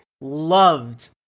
loved